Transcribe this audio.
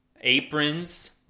Aprons